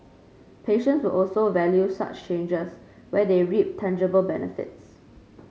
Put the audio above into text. patients will also value such changes where they reap tangible benefits